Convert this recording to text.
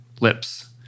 lips